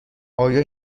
آیا